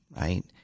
Right